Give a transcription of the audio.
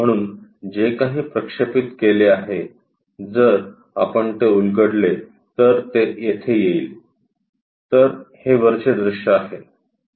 म्हणून जे काही प्रक्षेपित केले आहे जर आपण ते उलगडले तर ते तेथे येईल तर हे वरचे दृश्य आहे